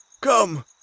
Come